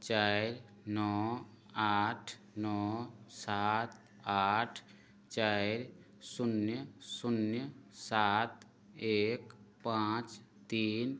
चारि नओ आठ नओ सात आठ चारि शून्य शून्य सात एक पाँच तीन